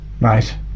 Right